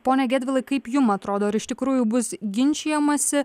pone gedvilai kaip jum atrodo ar iš tikrųjų bus ginčijamasi